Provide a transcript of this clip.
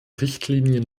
richtlinie